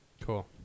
Cool